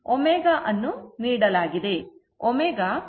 ω ಅನ್ನು ನೀಡಲಾಗಿದೆ